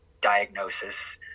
diagnosis